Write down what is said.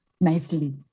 nicely